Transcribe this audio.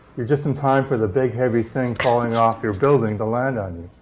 you're just in time for the big, heavy thing falling off your building to land on you,